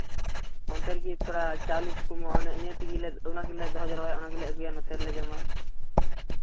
ᱚᱱᱛᱮ ᱨᱮᱜᱮ ᱯᱮᱲᱟ ᱪᱟᱣᱞᱮ ᱠᱚᱠᱚ ᱮᱢᱚᱜᱼᱟ ᱚᱱᱮ ᱤᱱᱟᱹ ᱛᱮᱜᱮᱞᱮ ᱚᱱᱟ ᱜᱮᱞᱮ ᱫᱚᱦᱚ ᱡᱟᱨᱣᱟᱭᱟ ᱚᱱᱟ ᱜᱮᱞᱮ ᱟᱹᱜᱩᱭᱟ ᱱᱚᱛᱮ ᱨᱮᱞᱮ ᱡᱚᱢᱟ